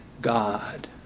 God